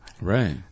Right